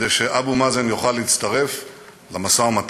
כדי שאבו מאזן יוכל להצטרף למשא-ומתן.